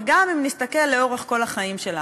וגם אם נסתכל לאורך כל החיים שלנו.